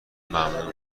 ممنون